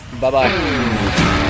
Bye-bye